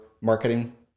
marketing